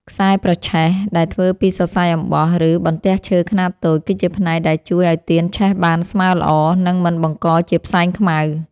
ខ្សែប្រឆេះ ដែលធ្វើពីសរសៃអំបោះ ឬបន្ទះឈើខ្នាតតូច គឺជាផ្នែកដែលជួយឱ្យទៀនឆេះបានស្មើល្អ និងមិនបង្កជាផ្សែងខ្មៅ។